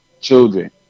children